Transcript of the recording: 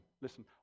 listen